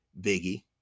Biggie